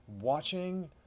watching